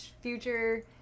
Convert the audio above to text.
future